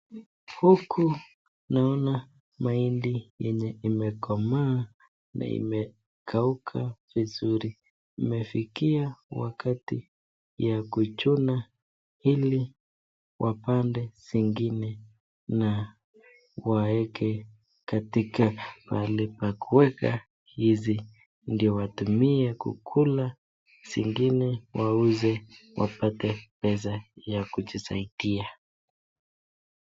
Huku naona mahindi yenye imekomaa na imekauka vizuri. Imefikia wakati ya kuchuna ili wapande zingine na waweke katika pale pa kuweka hizi ndio watumie kukula, zingine wauze wapate pesa ya kujisaidia.